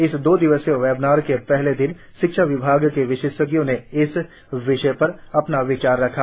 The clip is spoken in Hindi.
इस दो दिवसीय वेबनार के पहले दिन शिक्षा विभाग के विशेषज्ञों ने इस विषय पर अपना विचार रखा